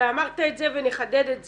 ואמרת את זה ונחדד את זה,